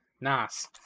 Nice